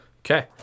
Okay